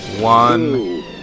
One